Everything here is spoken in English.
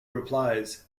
replies